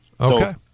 Okay